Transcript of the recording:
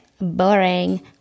Boring